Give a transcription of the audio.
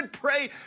pray